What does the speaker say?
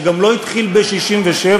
שגם לא התחיל ב-1967,